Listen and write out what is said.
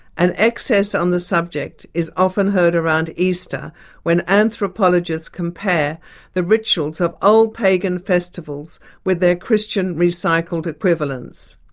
an excess on the subject is often heard around easter when anthropologists compare the rituals of old pagan festivals with their christian recycled equivalents.